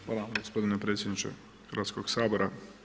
Hvala vam gospodine predsjedniče Hrvatskoga sabora.